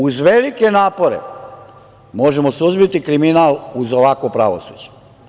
Uz velike napore možemo suzbiti kriminal uz ovakvo pravosuđe.